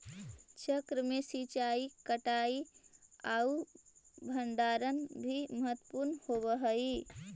चक्र में सिंचाई, कटाई आउ भण्डारण भी महत्त्वपूर्ण होवऽ हइ